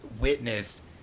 witnessed